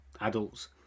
adults